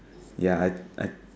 ya I I